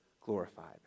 glorified